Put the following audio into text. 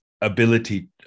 ability